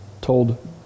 told